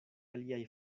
aliaj